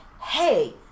Hey